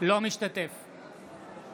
אינו משתתף בהצבעה